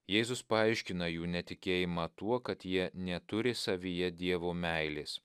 jėzus paaiškina jų netikėjimą tuo kad jie neturi savyje dievo meilės